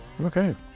Okay